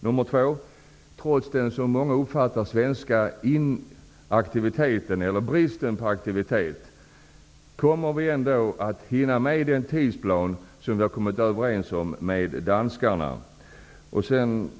Kommer vi, trots den som många uppfattar svenska bristen på aktivitet, att hinna med den tidsplan som vi kommit överens med danskarna om?